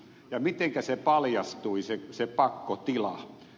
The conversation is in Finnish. ja mitenkä paljastui se pakkotila